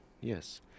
yes